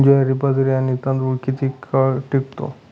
ज्वारी, बाजरी आणि तांदूळ किती काळ टिकतो?